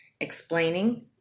explaining